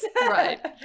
Right